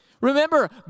Remember